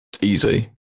Easy